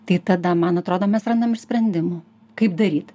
tai tada man atrodo mes randam ir sprendimų kaip daryt